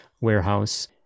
warehouse